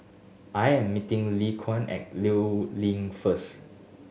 I am meeting Lekuan at Liu Link first